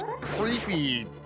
creepy